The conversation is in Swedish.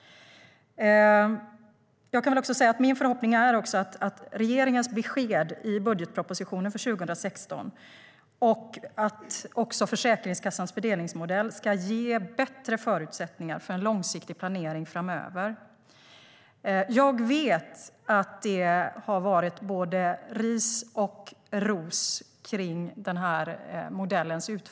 Min förhoppning är att regeringens besked i budgetpropositionen för 2016 och Försäkringskassans fördelningsmodell ska ge bättre förutsättningar för långsiktig planering framöver. Jag vet att modellens utformning har fått både ris och ros.